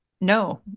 No